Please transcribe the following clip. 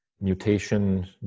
mutation